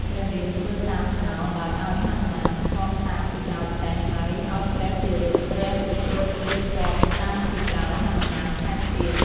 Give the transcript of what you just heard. ព្រះរាមធ្វើតាមហោរ ដោយឱ្យហនុមានឃ្លាំតាមពីក្រោយសេះ ហើយឱ្យព្រះភិរុត ព្រះសុត្រុតលើកទ័ពតាមពីក្រោយហនុមានថែមទៀត។